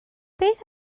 beth